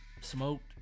smoked